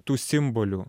tų simbolių